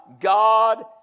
God